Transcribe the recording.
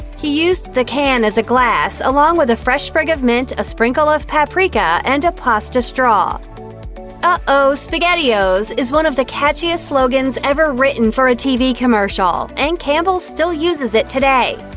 he used the can as a glass, along with a fresh sprig of mint, a sprinkle of paprika and a pasta straw. ah oh, spaghettios is one of the catchiest slogans ever written for a tv commercial, and campbell's still uses it today.